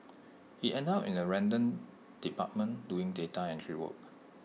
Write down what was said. he ended up in A random department doing data entry work